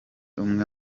umwe